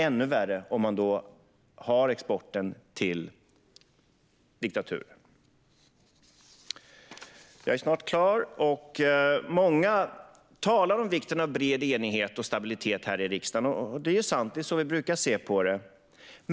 Ännu värre är det om exporten går till diktaturer. Många här i riksdagen talar om vikten av bred enighet och stabilitet. Det är sant; det är så vi brukar se på det här.